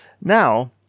Now